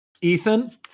ethan